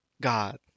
God